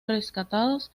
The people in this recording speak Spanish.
rescatados